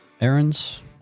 errands